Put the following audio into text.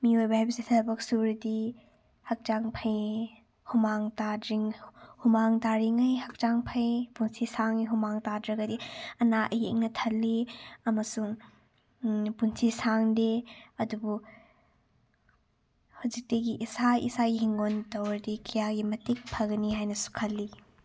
ꯃꯤꯑꯣꯏꯕ ꯍꯥꯏꯕꯁꯤ ꯊꯕꯛ ꯁꯨꯔꯗꯤ ꯍꯛꯆꯥꯡ ꯐꯩ ꯍꯨꯃꯥꯡ ꯍꯨꯃꯥꯡ ꯇꯥꯔꯤꯉꯩ ꯍꯛꯆꯥꯡ ꯐꯩ ꯄꯨꯟꯁꯤ ꯁꯥꯡꯉꯤ ꯍꯨꯃꯥꯡ ꯇꯥꯗ꯭ꯔꯒꯗꯤ ꯑꯅꯥ ꯑꯌꯦꯛꯅ ꯊꯜꯂꯤ ꯑꯃꯁꯨꯡ ꯄꯨꯟꯁꯤ ꯁꯥꯡꯗꯦ ꯑꯗꯨꯕꯨ ꯍꯧꯖꯤꯛꯇꯒꯤ ꯏꯁꯥ ꯏꯁꯥꯒꯤ ꯍꯤꯡꯒꯣꯟ ꯇꯧꯔꯗꯤ ꯀꯌꯥꯒꯤ ꯃꯇꯤꯛ ꯐꯒꯅꯤ ꯍꯥꯏꯅꯁꯨ ꯈꯜꯂꯤ